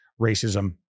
racism